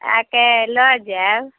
आकऽ लऽ जाएब